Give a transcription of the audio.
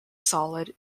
solid